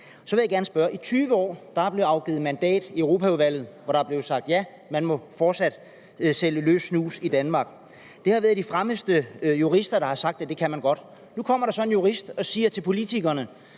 Så vil jeg gerne spørge: I 20 år er der blev givet mandat i Europaudvalget, hvor der er blevet sagt ja til, at man fortsat må sælge løs snus i Danmark. Det har været de fremmeste jurister, der har sagt, at det kunne man godt. Nu kommer der så en jurist og siger til politikerne,